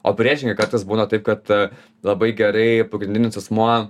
o priešingai kartais būna taip kad labai gerai pagrindinis asmuo